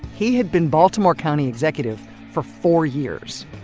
he had been baltimore county executive for four years,